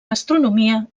gastronomia